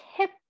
tip